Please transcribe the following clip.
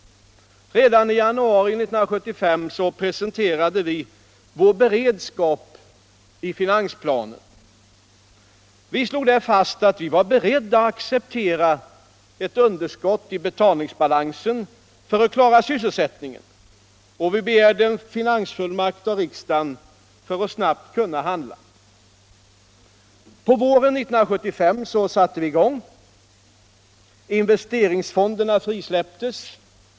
Redan i januari 1975 presenterade vi vår beredskap i finansplanen. Vi slog där fast att vi var beredda att acceptera ett underskott i betalningsbalansen för att klara sysselsättningen, och vi begärde en finansfullmakt av riksdagen för att snabbt kunna handla. På våren 1975 satte vi i gång. Investeringsfonderna frisläpptes.